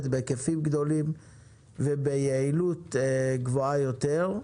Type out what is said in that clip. בהיקפים גדולים וביעילות גבוהה יותר.